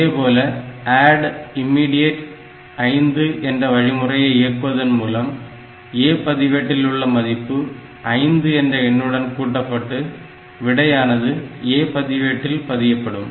இதேபோல add immediate 5 என்ற வழிமுறையை இயக்குவதன் மூலம் A பதிவேட்டில் உள்ள மதிப்பு 5 என்ற எண்ணுடன் கூட்டப்பட்டு விடையானது A பதிவேட்டில் பதியப்படும்